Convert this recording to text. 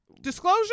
Disclosure